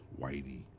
Whitey